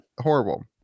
horrible